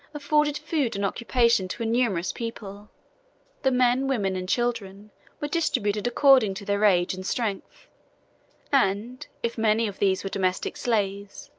afforded food and occupation to a numerous people the men, women, and children were distributed according to their age and strength and, if many of these were domestic slaves,